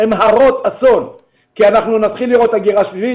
הן הרות אסון כי אנחנו נתחיל לראות הגירה שלילית,